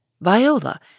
Viola